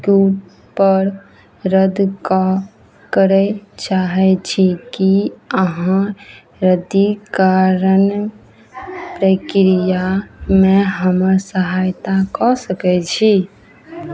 कूब पर रद्द करए चाहै छी की अहाँ रद्दीकरण प्रक्रियामे हमर सहायता कऽ सकै छी